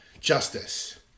justice